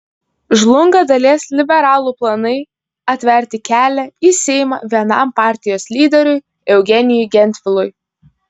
žlunga dalies liberalų planai atverti kelią į seimą vienam partijos lyderių eugenijui gentvilui